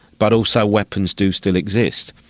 but also weapons do still exist.